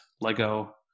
Lego